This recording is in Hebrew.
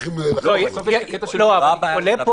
הבדיקה היא אותה בדיקה.